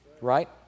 right